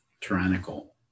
tyrannical